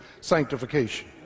sanctification